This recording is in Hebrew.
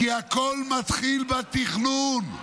כי הכול מתחיל בתכנון,